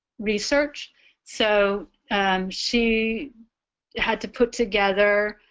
research so she had to put together